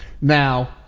Now